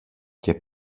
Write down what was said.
και